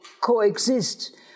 coexist